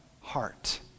heart